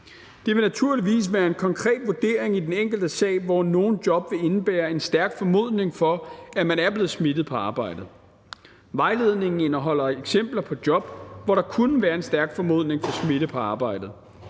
Det vil naturligvis være en konkret vurdering i den enkelte sag, hvor nogle job vil indebære en stærk formodning om, at man er blevet smittet på arbejdet. Vejledningen indeholder eksempler på job, hvor der kunne være en stærk formodning om smitte på arbejdet.